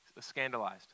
scandalized